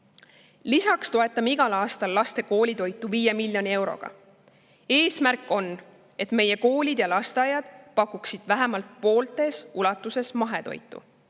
Lisaks toetame igal aastal laste koolitoitu 5 miljoni euroga. Eesmärk on, et meie koolid ja lasteaiad pakuksid vähemalt pooles ulatuses mahetoitu.